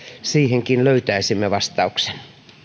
siihenkin löytäisimme vastauksen